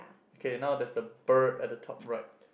okay now there's a bird at the top right